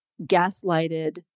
gaslighted